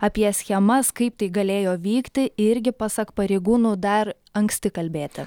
apie schemas kaip tai galėjo vykti irgi pasak pareigūnų dar anksti kalbėti